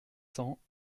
cents